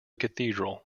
cathedral